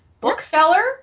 bookseller